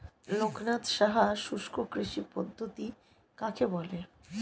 লোকনাথ সাহা শুষ্ককৃষি পদ্ধতি কাকে বলে?